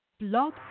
Blog